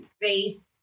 faith